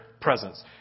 presence